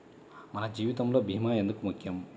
మన జీవితములో భీమా ఎందుకు ముఖ్యం?